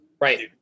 right